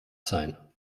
sein